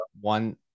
one